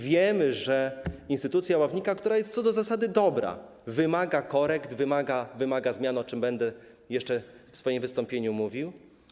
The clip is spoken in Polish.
Wiemy, że instytucja ławnika, która jest co do zasady dobra, wymaga korekt, wymaga zmian, o czym będę jeszcze w swoim wystąpieniu mówił.